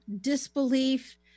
disbelief